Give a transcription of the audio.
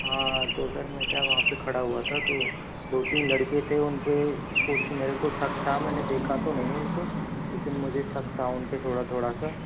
हाँ तो सर मैं क्या वहाँ पे खड़ा हुआ था तो दो तीन लड़के से उन पे कुछ मेरे को शक था मैंने देखा तो नहीं उनको लेकिन मुझे शक था उनपे थोड़ा थोड़ा सा